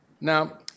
Now